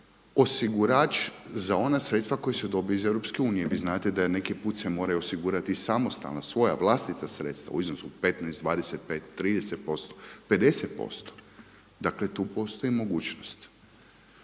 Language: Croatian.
osigurač za ona sredstva koja se dobiju iz EU, vi znate da neki put se moraju osigurati samostalna, svoja vlastita sredstva u iznosu od 15, 25, 30%, 50%, dakle tu postoji mogućnost.